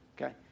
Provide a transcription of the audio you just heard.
okay